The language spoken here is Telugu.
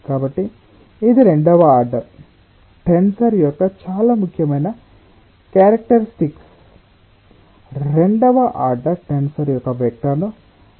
కాబట్టి ఇది రెండవ ఆర్డర్ టెన్సర్ యొక్క చాలా ముఖ్యమైన క్యారెక్టర్స్టిక్స్ రెండవ ఆర్డర్ టెన్సర్ ఒక వెక్టర్ను వెక్టార్లోకి మ్యాప్ చేస్తుంది